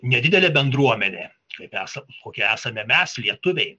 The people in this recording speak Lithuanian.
nedidelė bendruomenė kaip esam kokie esame mes lietuviai